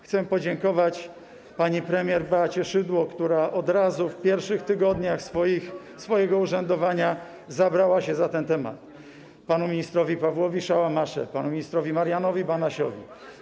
Chcę podziękować pani premier Beacie Szydło, która od razu w pierwszych tygodniach swojego urzędowania zabrała się za ten temat, panu ministrowi Pawłowi Szałamasze, panu ministrowi Marianowi Banasiowi... Banasiowi?